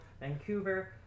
Vancouver